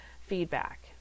feedback